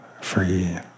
free